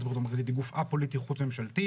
היא גוף א-פוליטי חוץ ממשלתי.